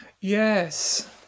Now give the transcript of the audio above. Yes